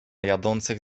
jadących